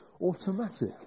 automatic